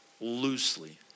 loosely